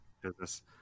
business